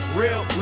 real